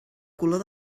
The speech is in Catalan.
color